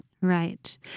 Right